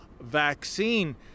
vaccine